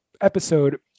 episode